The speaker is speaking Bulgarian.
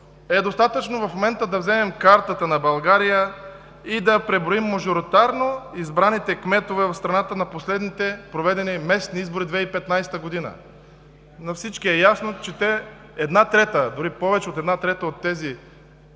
е достатъчно в момента да вземем картата на България и да преброим мажоритарно избраните кметове в страната на последните проведени местни избори през 2015 г. За всички е ясно, че една трета, дори повече от една трета от